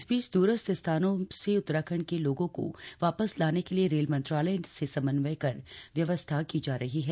इस बीच द्रस्थ स्थानों से उत्तराखंड के लोगों को वापस लाने के लिए रेल मंत्रालय से समन्वय कर व्यवस्था की जा रही है